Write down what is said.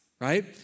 Right